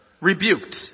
rebuked